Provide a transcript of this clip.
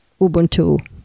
Ubuntu